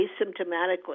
asymptomatically